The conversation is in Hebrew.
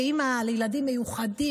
כאימא לילדים מיוחדים,